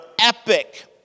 epic